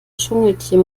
dschungeltier